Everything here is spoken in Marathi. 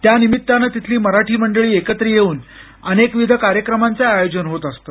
त्या निमित्तानं तिथली मराठी मंडळी एकत्र येऊन अनेकविध कार्यक्रमांचंही आयोजन होत असतं